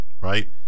right